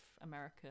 america